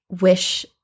wish